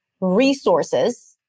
resources